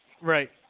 Right